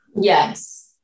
Yes